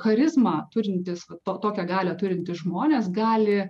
charizmą turintis to tokią galią turintys žmonės gali